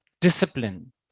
discipline